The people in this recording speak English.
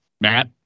Matt